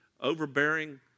overbearing